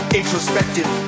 introspective